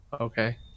Okay